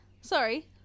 Sorry